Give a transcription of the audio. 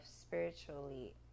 spiritually